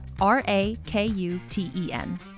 R-A-K-U-T-E-N